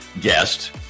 guest